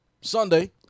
Sunday